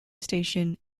station